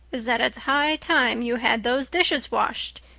is that it's high time you had those dishes washed.